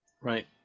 Right